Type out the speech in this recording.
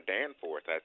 Danforth